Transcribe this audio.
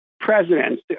presidents